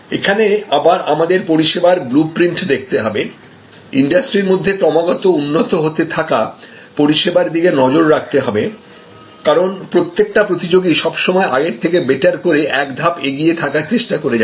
এখানে আবার আমাদের পরিষেবার ব্লু প্রিন্ট দেখতে হবে ইন্ডাস্ট্রির মধ্যে ক্রমাগত উন্নত হতে থাকা পরিষেবার দিকে নজর রাখতে হবে কারণ প্রত্যেকটা প্রতিযোগী সবসময় আগের থেকে বেটার করে এক ধাপ এগিয়ে থাকার চেষ্টা করে যাচ্ছে